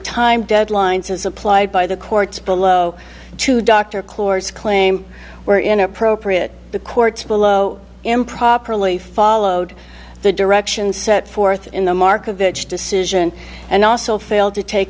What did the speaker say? time deadlines and supplied by the courts below to dr course claim were inappropriate the court below improperly followed the directions set forth in the markovitch decision and also failed to take